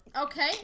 Okay